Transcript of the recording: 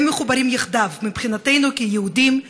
והם מחוברים יחדיו מבחינתנו כיהודים,